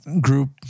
group